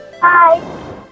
Bye